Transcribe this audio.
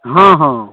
हँ हँ